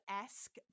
esque